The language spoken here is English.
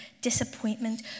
disappointment